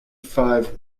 five